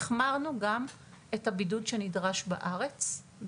החמרנו גם את הבידוד שנדרש בארץ,